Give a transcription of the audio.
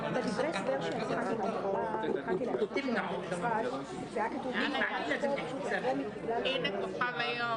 אבל הדבר שתפס את עיניי הוא אחד הסעיפים שבו ראש הממשלה,